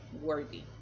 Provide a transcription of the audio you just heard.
worthy